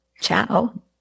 Ciao